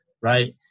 right